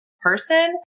person